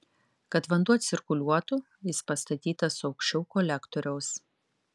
kad vanduo cirkuliuotų jis pastatytas aukščiau kolektoriaus